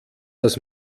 das